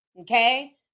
okay